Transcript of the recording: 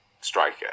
striker